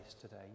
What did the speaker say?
today